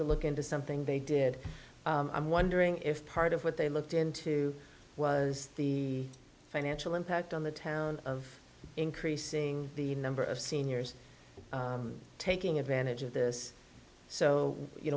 to look into something they did i'm wondering if part of what they looked into was the financial impact on the town of increasing the number of seniors taking advantage of this so you